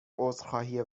عذرخواهی